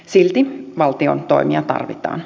silti valtion toimia tarvitaan